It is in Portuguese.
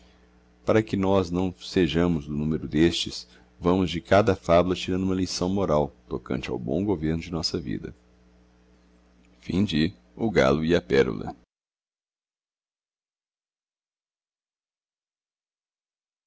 para que nós não sejamos do numero destes vamos de cada fabula tirando buraa lição moral tocante ao bom governo de nossa vida o